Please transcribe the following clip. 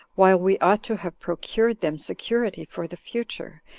while we ought to have procured them security for the future,